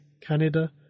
Canada